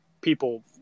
people